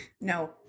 No